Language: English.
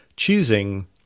choosing